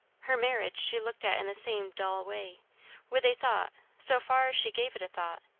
her marriage she looked at in the same dull way with a thought, so far as she gave it a thought,